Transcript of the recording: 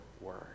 word